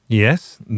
Yes